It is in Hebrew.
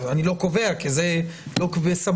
אני לא קובע כי זה לא בסמכותי,